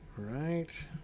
Right